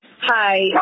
hi